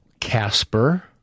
Casper